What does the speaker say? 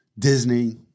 Disney